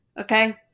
okay